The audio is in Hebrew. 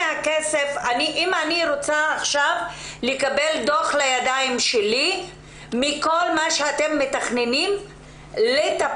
אם אני רוצה לקבל עכשיו דוח מכל מה שאתם מתכננים לטיפול